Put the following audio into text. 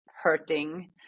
hurting